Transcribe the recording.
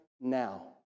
now